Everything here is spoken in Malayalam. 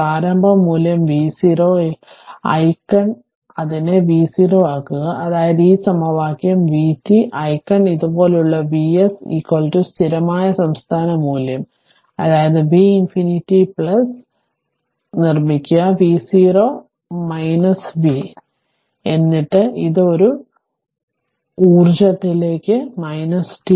പ്രാരംഭ മൂല്യം v0 ഐക്കൺ അതിനെ v0 ആക്കുക അതായത് ഈ സമവാക്യം vt ഐക്കൺ ഇതുപോലെയുള്ള Vs സ്ഥിരമായ സംസ്ഥാന മൂല്യം അതായത് V ∞ നിർമ്മിക്കുക v0 V എന്നിട്ട് ഇത് ഒരു e e ർജ്ജത്തിലേക്ക് t